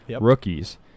rookies